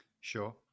Sure